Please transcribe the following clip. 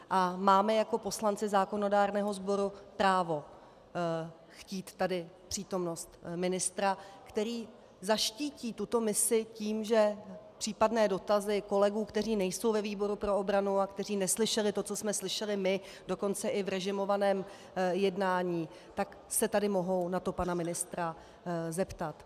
A máme jako poslanci zákonodárného sboru právo chtít tady přítomnost ministra, který zaštítí tuto misi tím, že případné dotazy kolegů, kteří nejsou ve výboru pro obranu a kteří neslyšeli to, co jsme slyšeli my, dokonce i v režimovaném jednání, tak se tady mohou na to pana ministra zeptat.